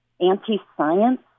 anti-science